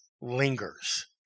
lingers